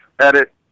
edit